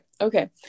okay